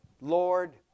Lord